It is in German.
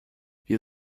wir